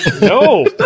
No